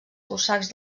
cosacs